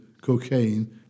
cocaine